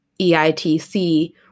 EITC